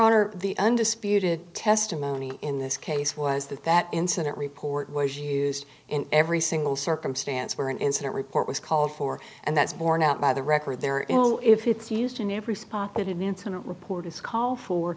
honor the undisputed testimony in this case was that that incident report was used in every single circumstance where an incident report was called for and that's borne out by the record there is no if it's used in every spot that an incident report is call for